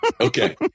Okay